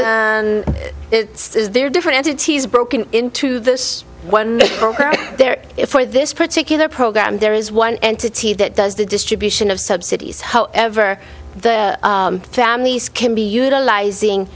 so they're different entities broken into this one right there if for this particular program there is one entity that does the distribution of subsidies however their families can be utilizing